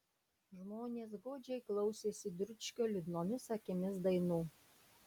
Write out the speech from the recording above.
žmonės godžiai klausėsi dručkio liūdnomis akimis dainų